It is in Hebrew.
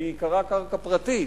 ובעיקרה קרקע פרטית.